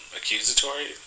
accusatory